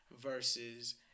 Versus